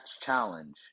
challenge